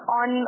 on